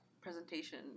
presentation